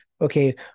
okay